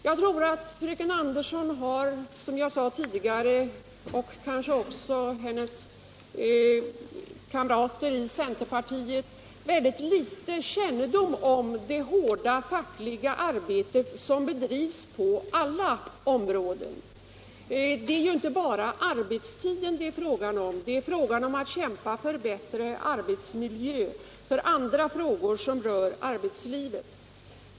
Jag tror, som jag sade tidigare, att fröken Andersson och kanske också hennes kamrater i centerpartiet har mycket liten kännedom om det hårda fackliga arbete som bedrivs på alla områden. Det är ju inte bara en fråga om arbetstiden utan det gäller också att kämpa för bättre arbetsmiljö och för andra krav som rör arbetslivet.